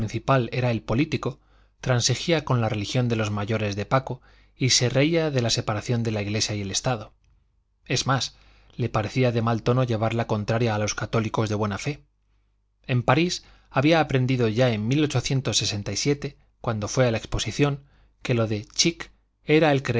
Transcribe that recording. era el político transigía con la religión de los mayores de paco y se reía de la separación de la iglesia y el estado es más le parecía de mal tono llevar la contraria a los católicos de buena fe en parís había aprendido ya en cuando fue a la exposición que lo chic era el